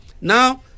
Now